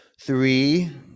three